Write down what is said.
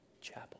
Chapel